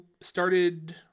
started